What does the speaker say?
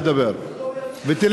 אתה תשתוק כשאני מדבר, הוא, ותלמד.